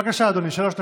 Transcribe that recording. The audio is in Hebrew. בבקשה, אדוני, שלוש דקות.